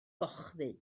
gochddu